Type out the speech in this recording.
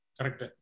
Correct